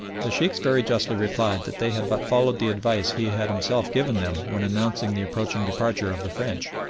the sheikhs very justly replied that they had but followed the advice he had himself given them when announcing the approaching departure of the french.